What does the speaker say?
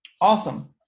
Awesome